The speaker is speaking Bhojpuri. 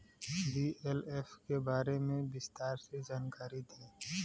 बी.एल.एफ के बारे में विस्तार से जानकारी दी?